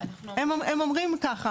הם אומרים ככה,